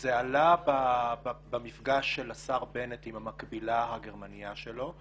זה עלה במפגש של השר בנט עם המקבילה הגרמנייה שלו.